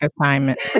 assignment